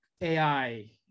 AI